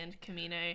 Camino